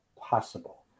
possible